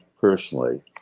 personally